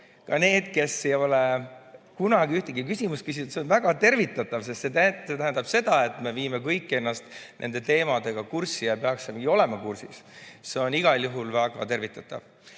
ka need, kes ei ole kunagi ühtegi küsimust küsinud. See on väga tervitatav, sest see tähendab seda, et me viime kõik ennast nende teemadega kurssi, ja me peaksimegi olema kursis. See on igal juhul väga tervitatav.